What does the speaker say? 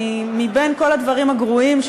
מבין כל הדברים הגרועים,